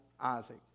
Isaac